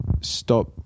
stop